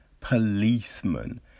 policeman